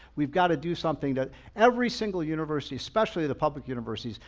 we've got to do something that every single university, especially the public universities,